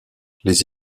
les